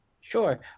Sure